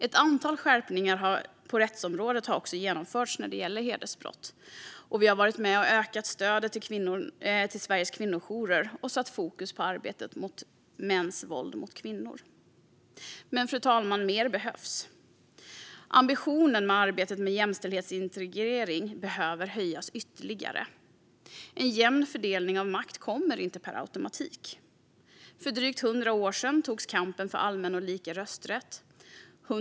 Ett antal skärpningar på rättsområdet har genomförts när det gäller hedersbrott, och vi har varit med och ökat stödet till Sveriges kvinnojourer och satt fokus på arbetet mot mäns våld mot kvinnor. Men, fru talman, mer behövs. Ambitionen i arbetet med jämställdhetsintegrering behöver höjas ytterligare. En jämn fördelning av makt kommer inte per automatik. För drygt 100 år sedan togs kampen för allmän och lika rösträtt.